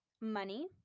money